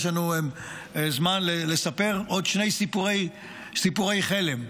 יש לנו זמן לספר עוד שני סיפורי חלם,